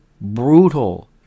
brutal